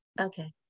Okay